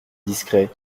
discret